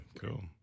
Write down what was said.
cool